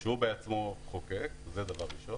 שהוא בעצמו חוקק, זה דבר ראשון.